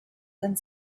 and